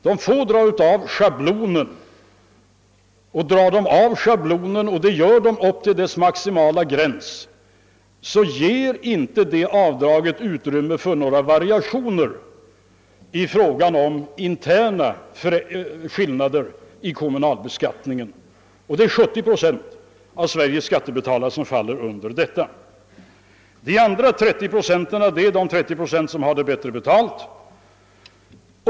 Om de gör avdrag upp till schablonens maximala gräns ger inte avdraget utrymme för några interna skillnader i kommunalbeskattningen. Detta gäller 70 procent av Sveriges skattebetalare. De återstående skattebetalarna, är de 30 procent som har bättre betalt.